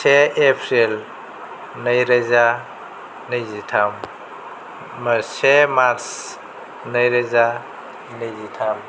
से एप्रिल नैरोजा नैजिथाम से मार्स नैरोजा नैजिथाम